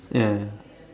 ya ya